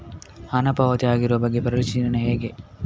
ಹಣ ಪಾವತಿ ಆಗಿರುವ ಬಗ್ಗೆ ಪರಿಶೀಲನೆ ಹೇಗೆ?